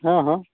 हँ हँ